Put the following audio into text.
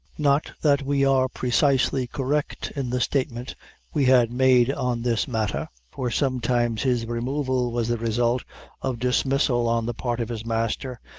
not that we are precisely correct in the statement we had made on this matter, for sometimes his removal was the result of dismissal on the part of his master,